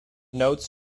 notes